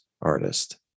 artist